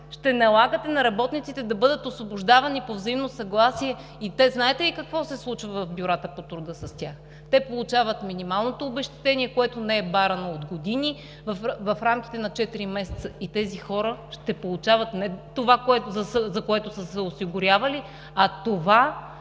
ще налагате на работниците да бъдат освобождавани по взаимно съгласие. Знаете ли какво се случва в бюрата по труда с тях? Те получават минималното обезщетение, което не е пипано от години, в рамките на 4 месеца и тези хора ще получават не това, за което са се осигурявали, а това,